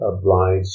oblige